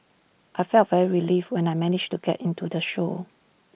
I felt very relieved when I managed to get into the show